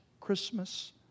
Christmas